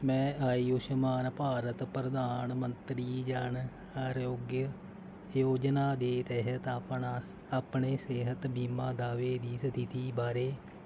ਮੈਂ ਆਯੁਸ਼ਮਾਨ ਭਾਰਤ ਪ੍ਰਧਾਨ ਮੰਤਰੀ ਜਨ ਆਰੋਗਯ ਯੋਜਨਾ ਦੇ ਤਹਿਤ ਆਪਣੇ ਸਿਹਤ ਬੀਮਾ ਦਾਅਵੇ ਦੀ ਸਥਿਤੀ ਬਾਰੇ